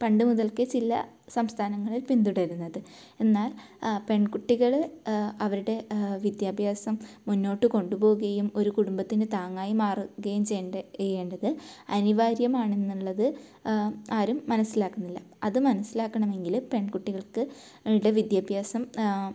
പണ്ടു മുതൽക്കേ ചില സംസ്ഥാനങ്ങളിൽ പിന്തുടരുന്നത് എന്നാൽ പെൺകുട്ടികൾ അവരുടെ വിദ്യാഭ്യാസം മുന്നോട്ട് കൊണ്ടുപോകുകയും ഒരു കുടുംബത്തിന് താങ്ങായി മാറുകയും ചെയ്യണ്ടത് ചെയ്യേണ്ടത് അനിവാര്യമാണെന്നുള്ളത് ആരും മനസിലാക്കുന്നില്ല അത് മനസിലാക്കണം എങ്കിൽ പെൺകുട്ടികൾക്ക് വേണ്ട വിദ്യാഭ്യാസം